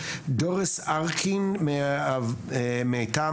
דוריס ארקין מטעם,